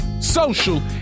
social